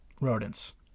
rodents